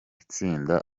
itsinda